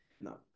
no